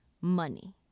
money